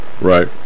Right